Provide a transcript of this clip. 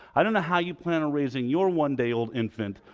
i don't know how you plan on raising your one day old infant,